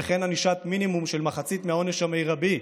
וכן ענישת מינימום של מחצית מהעונש המרבי,